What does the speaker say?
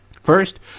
First